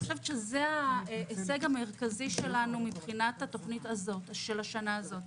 אני חושבת שזה ההישג המרכזי שלנו מבחינת התכנית של השנה הזאת.